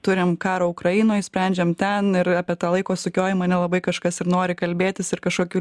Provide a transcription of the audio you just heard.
turim karą ukrainoj sprendžiam ten ir apie tą laiko sukiojimą nelabai kažkas ir nori kalbėtis ir kažkokiu